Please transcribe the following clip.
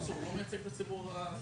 הוא לא מייצג את הציבור החרדי.